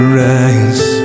rise